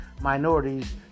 minorities